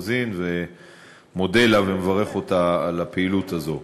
רוזין ומודה לה ומברך אותה על הפעילות הזאת.